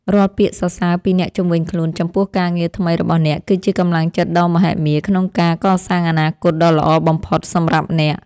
រាល់ពាក្យសរសើរពីអ្នកជុំវិញខ្លួនចំពោះការងារថ្មីរបស់អ្នកគឺជាកម្លាំងចិត្តដ៏មហិមាក្នុងការកសាងអនាគតដ៏ល្អបំផុតសម្រាប់អ្នក។